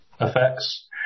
effects